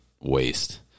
waste